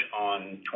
on